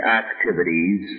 activities